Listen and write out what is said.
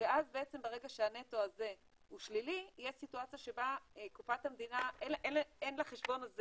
ואז ברגע שהנטו הזה הוא שלילי יש סיטואציה שאין לחשבון הזה,